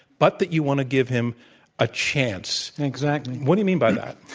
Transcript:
but that you want to give him a chance. exactly. what do you mean by that?